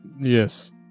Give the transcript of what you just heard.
Yes